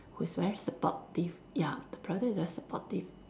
who is very supportive ya the brother is very supportive